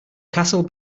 castle